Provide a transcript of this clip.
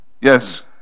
Yes